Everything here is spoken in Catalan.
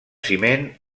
ciment